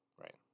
Right